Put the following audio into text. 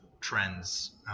trends